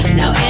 now